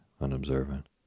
unobservant